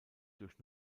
durch